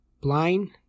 Blind